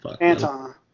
Anton